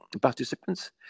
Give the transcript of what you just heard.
participants